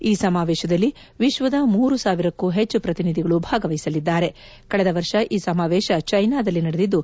ಈ ಸಮಾವೇಶದಲ್ಲಿ ವಿಶ್ವದ ಮೂರು ಸಾವಿರಕ್ಕೂ ಹೆಚ್ಚು ಪ್ರತಿನಿಧಿಗಳು ಭಾಗವಹಿಸಲಿದ್ದಾರೆ ಕಳೆದ ವರ್ಷ ಈ ಸಮಾವೇಶ ಚೈನಾದಲ್ಲಿ ನಡೆದಿದ್ದು